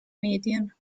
medien